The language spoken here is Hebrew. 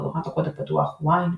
כמו תוכנת הקוד הפתוח Wine,